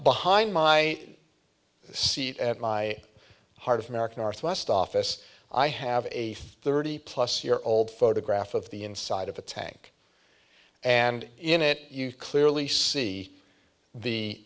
behind my seat at my heart of america northwest office i have a thirty plus year old photograph of the inside of the tank and in it you clearly see the